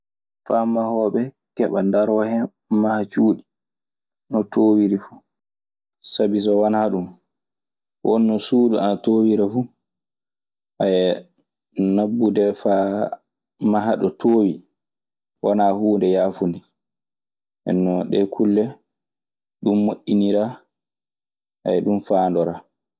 Faa mahooɓe keɓa ndaroo hen maha cuuɗi, no toowiri fuu. Sabi so wanaa ɗun, won no suudu ana toowira fuu. nabbude faa maha ɗo toowi wanaa huunde yaafunde. Nden non ɗe kulle ɗun moƴƴinira. ɗun faandoraa.